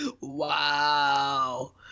wow